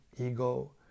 ego